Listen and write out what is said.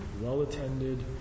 well-attended